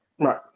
Right